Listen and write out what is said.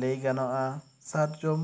ᱞᱟᱹᱭ ᱜᱟᱱᱚᱜᱼᱟ ᱥᱟᱨᱡᱚᱢ